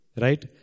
Right